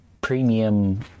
premium